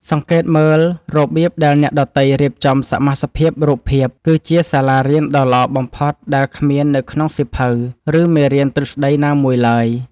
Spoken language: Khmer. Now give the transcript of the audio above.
សង្កេតមើលរបៀបដែលអ្នកដទៃរៀបចំសមាសភាពរូបភាពគឺជាសាលារៀនដ៏ល្អបំផុតដែលគ្មាននៅក្នុងសៀវភៅ ឬ មេរៀនទ្រឹស្តីណាមួយឡើយ។